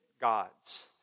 gods